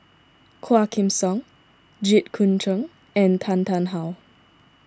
Quah Kim Song Jit Koon Ch'ng and Tan Tarn How